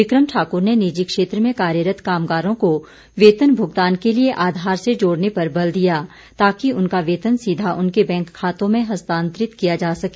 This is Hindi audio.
विक्रम ठाकुर ने निजी क्षेत्र में कार्यरत कामगारों को वेतन भुगतान के लिए आधार से जोड़ने पर बल दिया ताकि उनका वेतन सीधा उनके बैंक खातों में हस्तांतरित किया जा सके